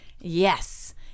yes